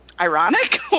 ironic